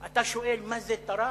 אתה שואל מה זה תרם?